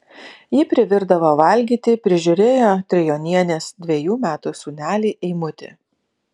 ji privirdavo valgyti prižiūrėjo trijonienės dvejų metų sūnelį eimutį